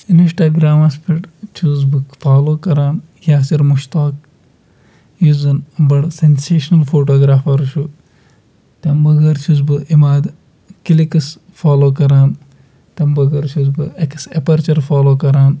اِنسٹاگرٛامَس پٮ۪ٹھ چھُس بہٕ فالوٗ کَران یاصِر مُشتاق یُس زَن بَڈٕ سنسیٚشنَل فوٹوٗگرٛافَر چھُ تَمہِ بغٲر چھُس بہٕ اِماد کِلِکٕس فالوٗ کَران تَمہِ بغٲر چھُس بہٕ اٮ۪کٕس اٮ۪پ رچَر فالوٗ کَران